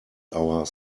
our